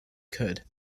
could